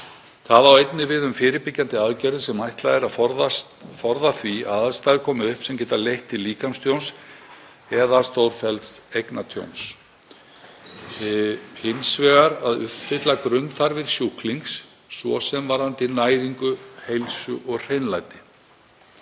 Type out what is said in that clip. það á einnig við um fyrirbyggjandi aðgerðir sem ætlað er að forða því að aðstæður komi upp sem geta leitt til líkamstjóns eða stórfellds eignatjóns, og hins vegar að uppfylla grunnþarfir sjúklings, svo sem varðandi næringu, heilsu og hreinlæti.